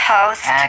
Host